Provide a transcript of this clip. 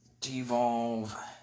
devolve